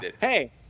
Hey